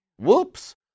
whoops